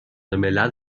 ملل